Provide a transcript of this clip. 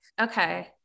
okay